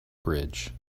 bridge